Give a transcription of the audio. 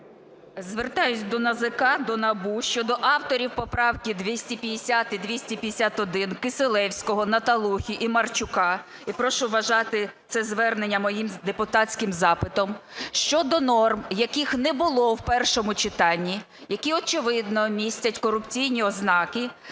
Звертаюсь до НАЗК, до НАБУ щодо авторів поправки 250 і 251 (Кисилевського, Наталухи і Марчука) і прошу вважати це звернення моїм депутатським запитом. Щодо норм, яких не було в першому читанні, які, очевидно, містять корупційні ознаки.